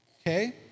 okay